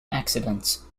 accidents